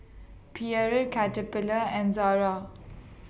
Perrier Caterpillar and Zara